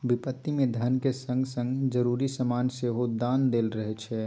बिपत्ति मे धनक संग संग जरुरी समान सेहो दान देल जाइ छै